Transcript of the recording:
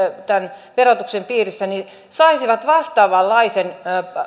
tämän verotuksen piirissä saisivat vastaavanlaisen